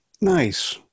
Nice